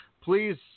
Please